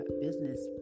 Business